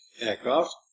aircraft